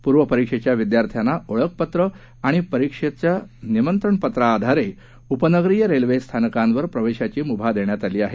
पूर्व परीक्षेच्या विद्यार्थ्यांना ओळखपत्र आणि परीक्षेच्या काल लेटरच्या आधारे उपनगरिय रेल्वे स्थानकावर प्रवेशाची मुभा देण्यात आली आहे